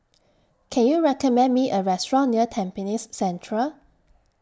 Can YOU recommend Me A Restaurant near Tampines Central